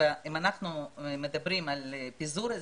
שאם אנחנו מדברים על פיזור,